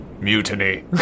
mutiny